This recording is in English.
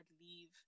leave